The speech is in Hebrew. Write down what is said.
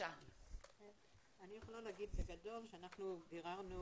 יכולה להגיד בגדול שאנחנו ביררנו